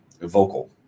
vocal